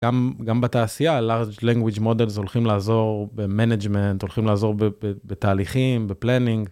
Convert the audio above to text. גם, גם בתעשייה ה-Large language Models הולכים לעזור ב-management הולכים לעזור בתהליכים בplanning.